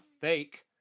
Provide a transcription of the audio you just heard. fake